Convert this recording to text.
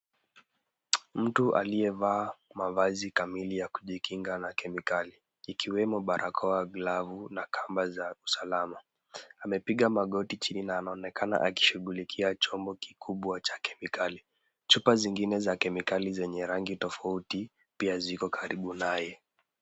Mtu aliyevaa mavazi kamili ya kujikinga na kemikali ikiwemo barakoa, glavu na kamba za usalama. Amepiga magoti chini na anaonekana akishughulikia chombo kikubwa cha kemikali. Chupa zingine za kemikali zenye rangi tofauti pia ziko karibu naye.